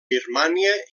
birmània